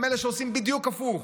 הם אלה שעושים בדיוק הפוך,